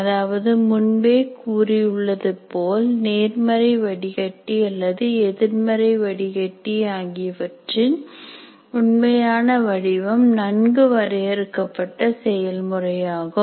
அதாவது முன்பே கூறியுள்ளது போல் நேர்மறை வடிகட்டி அல்லது எதிர்மறை வடிகட்டி ஆகியவற்றின் உண்மையான வடிவம் நன்கு வரையறுக்கப்பட்ட செயல்முறையாகும்